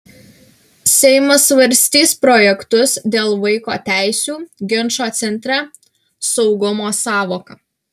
seimas svarstys projektus dėl vaiko teisių ginčo centre saugumo sąvoka